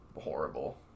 horrible